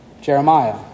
Jeremiah